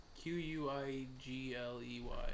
Q-U-I-G-L-E-Y